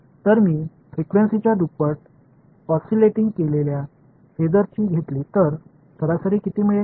तर मी फ्रिक्वेन्सीच्या दुप्पट ओसीलेटिंग केलेल्या फेसरची घेतली तर सरासरी किती मिळेल